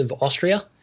Austria